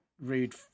rude